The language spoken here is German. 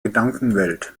gedankenwelt